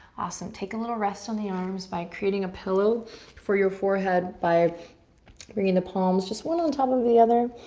awesome. take a little rest in the arms by creating a pillow for your forehead by bringing the palms just one on top of the other,